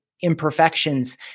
imperfections